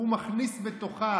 הוא מכניס בתוכה